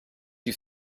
you